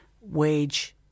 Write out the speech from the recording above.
wage